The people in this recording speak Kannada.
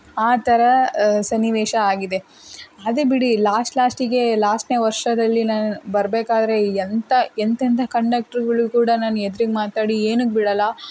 ಆ ಥರ ಸನ್ನಿವೇಶ ಆಗಿದೆ ಅದು ಬಿಡಿ ಲಾಸ್ಟ್ ಲಾಸ್ಟಿಗೆ ಲಾಸ್ಟ್ನೇ ವರ್ಷದಲ್ಲಿ ನಾನು ಬರಬೇಕಾದ್ರೆ ಎಂಥ ಎಂತೆಂಥ ಕಂಡಕ್ಟ್ರ್ಗಳಿಗೆ ಕೂಡ ನಾನು ಎದ್ರಿಗೆ ಮಾತಾಡಿ ಏನಕ್ಕೆ ಬಿಡಲ್ಲ